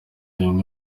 bimwe